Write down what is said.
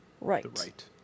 right